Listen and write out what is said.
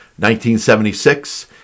1976